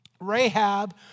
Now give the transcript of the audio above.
Rahab